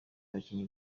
abakinnyi